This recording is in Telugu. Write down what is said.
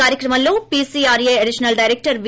కార్యక్రమంలో పీసీఆర్ఎ అడిషనల్ డైరెక్టర్ వి